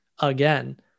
again